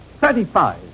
Thirty-five